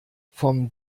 vom